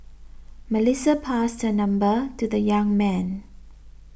Melissa passed her number to the young man